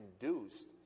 induced